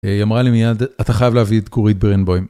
היא אמרה לי מיד, אתה חייב להביא את גורית בירנבוים.